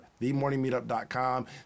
themorningmeetup.com